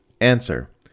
Answer